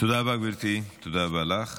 תודה רבה, גברתי, תודה רבה לך.